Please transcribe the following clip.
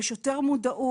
יש יותר מודעות